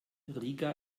riga